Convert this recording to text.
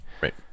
Right